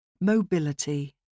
Mobility